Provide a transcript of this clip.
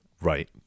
Right